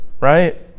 right